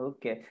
Okay